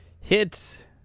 hit